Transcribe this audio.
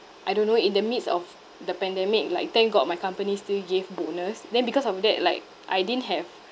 I don't know in the midst of the pandemic like thank god my company still give bonus then because of that like I didn't have